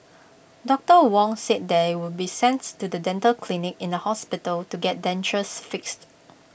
doctor Wong said they would be to the dental clinic in the hospital to get dentures fixed